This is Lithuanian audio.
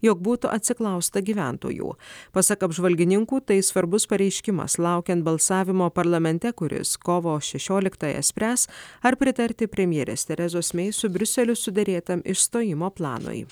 jog būtų atsiklausta gyventojų pasak apžvalgininkų tai svarbus pareiškimas laukiant balsavimo parlamente kuris kovo šešioliktąją spręs ar pritarti premjerės terezos mei su briuseliu suderėtam išstojimo planui